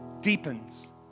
deepens